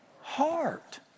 Heart